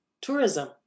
tourism